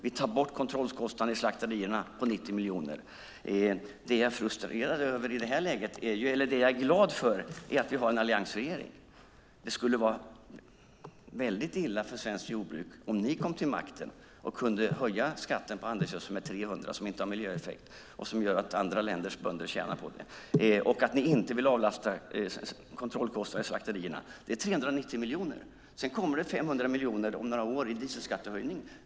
Vi tar bort kontrollkostnaden i slakterierna på 90 miljoner. Det jag är glad för i det här läget är att vi har en alliansregering. Det skulle vara illa för svenskt jordbruk om ni kom till makten och kunde höja skatten på handelsgödsel med 300 miljoner. Det har inte någon miljöeffekt, och det gör att andra länders bönder tjänar på det hela. Ni vill inte heller avlasta slakterierna genom att ta bort kontrollkostnaden. Det är 390 miljoner. Sedan kommer 500 miljoner om några år i dieselskattehöjning.